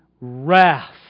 wrath